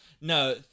No